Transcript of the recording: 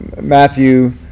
matthew